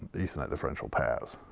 ethernet differential pairs.